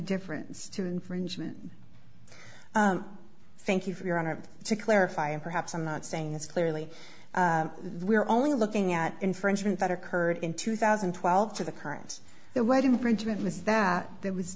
difference to infringement thank you for your honor to clarify and perhaps i'm not saying this clearly we're only looking at infringement better curd in two thousand and twelve to the current the wedding bridgeman is that there was